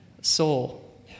soul